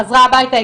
חזרה הביתה,